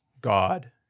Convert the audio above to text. God